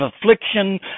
affliction